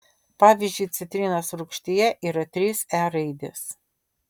pavyzdžiui citrinos rūgštyje yra trys e raidės